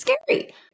scary